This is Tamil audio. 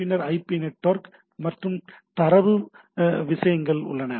பின்னர் ஐபி நெட்வொர்க் மற்றும் தரவு விஷயங்கள் உள்ளன